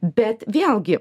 bet vėlgi